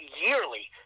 yearly